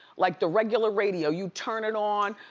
like the regular radio. you turn it on,